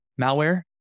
malware